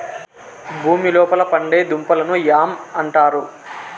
భూమి లోపల పండే దుంపలను యామ్ అంటారు